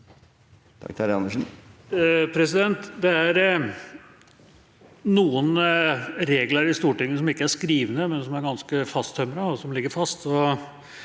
Det er noen reg- ler i Stortinget som ikke er skrevet, men som er ganske fasttømrete, og som ligger fast.